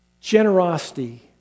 Generosity